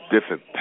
different